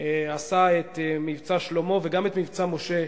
עשה את "מבצע שלמה" וגם את "מבצע משה",